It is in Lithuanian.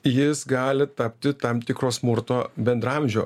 jis gali tapti tam tikro smurto bendraamžio